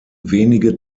wenige